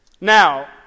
Now